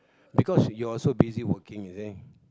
because you're also busy working you see